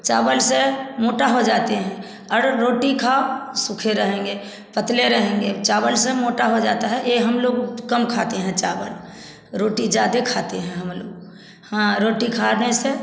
चावल से मोटा हो जाते हैं और रोटी खाओ सूखे रहेंगे पतले रहेंगे चावल से मोटा हो जाता है ये हम लोग कम खाते हैं चावल रोटी ज्यादा खाते हैं हम लोग हाँ रोटी खाने से